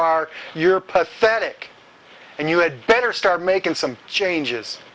are you're pathetic and you had better start making some changes